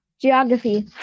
Geography